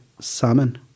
salmon